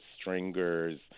stringers